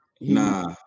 Nah